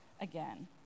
again